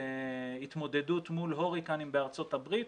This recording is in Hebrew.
התמודדות מול הוריקנים בארצות הברית.